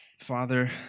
Father